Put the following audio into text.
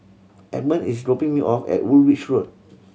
Edmund is dropping me off at Woolwich Road